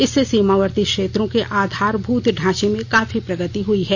इससे सीमावर्ती क्षेत्रों के आधारभूत ढांचे में काफी प्रगति हुई है